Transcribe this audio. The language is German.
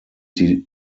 die